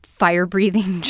fire-breathing